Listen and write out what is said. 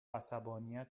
عصبانیت